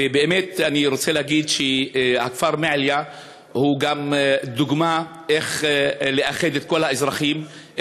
ואני רוצה להגיד שהכפר מעיליא הוא דוגמה איך לאחד את כל האזרחים,